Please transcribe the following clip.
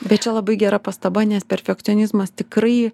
bet čia labai gera pastaba nes perfekcionizmas tikrai